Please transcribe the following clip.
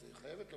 את חייבת לומר.